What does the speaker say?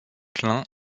klein